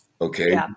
Okay